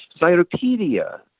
Cyropedia